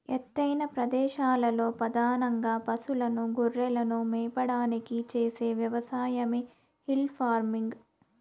ఎత్తైన ప్రదేశాలలో పధానంగా పసులను, గొర్రెలను మేపడానికి చేసే వ్యవసాయమే హిల్ ఫార్మింగ్